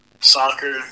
soccer